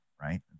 right